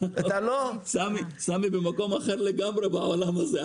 סמי במקום אחר לגמרי בעולם הזה.